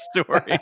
story